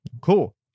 Cool